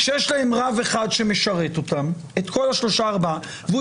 שיש להם רב אחד שמשרת את כל השלושה-ארבעה והוא